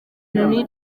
loni